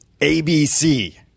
ABC